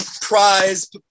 prize